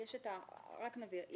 נבהיר.